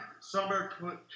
Summer